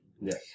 Yes